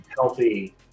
healthy